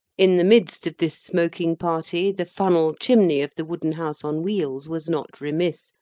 in the midst of this smoking party, the funnel-chimney of the wooden house on wheels was not remiss,